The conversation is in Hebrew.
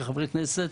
כחברי כנסת,